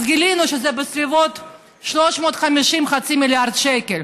אז גילינו לו שזה בסביבות 350 500 מיליון שקלים.